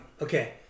okay